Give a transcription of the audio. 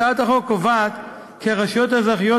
הצעת החוק קובעת כי הרשויות האזרחיות